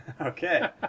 Okay